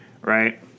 right